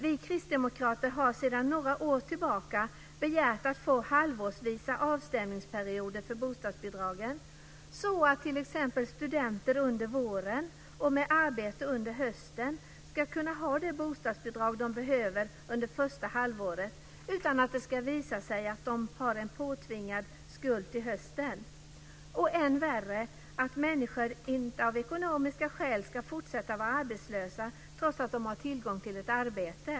Vi kristdemokrater har sedan några år tillbaka begärt att få halvårsvisa avstämningsperioder för bostadsbidragen, så att t.ex. studenter under våren och med arbete under hösten ska kunna ha det bostadsbidrag de behöver under första halvåret utan att det ska visa sig att de har en påtvingad skuld till hösten. Och än värre, att människor inte av ekonomiska skäl ska fortsätta att vara arbetslösa trots att de har tillgång till ett arbete.